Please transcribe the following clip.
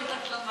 לא הצבעת?